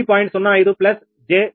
05 j 0